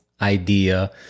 idea